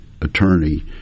attorney